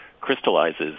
crystallizes